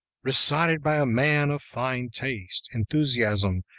recited by a man of fine taste, enthusiasm,